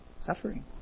suffering